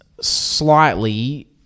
slightly